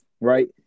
Right